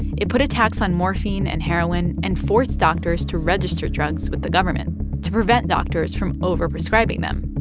it put a tax on morphine and heroin and forced doctors to register drugs with the government to prevent doctors from over-prescribing them.